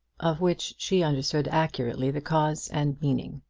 of which she understood accurately the cause and meaning.